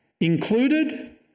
included